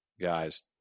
guys